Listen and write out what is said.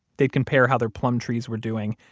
they'd compare how their plum trees were doing.